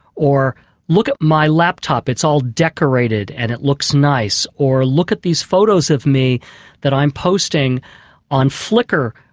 or look at my laptop it's all decorated and it looks nice. or look at these photos of me that i'm posting on flicker,